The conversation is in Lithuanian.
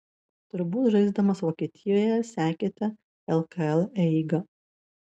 turbūt žaisdamas vokietijoje sekėte lkl eigą